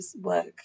work